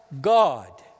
God